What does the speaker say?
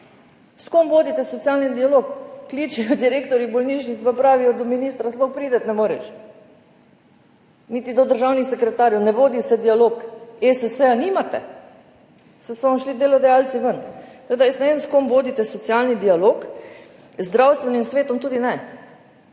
S kom vodite socialni dialog? Kličejo direktorji bolnišnic pa pravijo, do ministra sploh priti ne moreš, niti do državnih sekretarjev, ne vodi se dialog. ESS nimate, saj so vam šli delodajalci ven. Tako da jaz ne vem, s kom vodite socialni dialog, z Zdravstvenim svetom tudi ne.